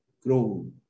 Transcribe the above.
grow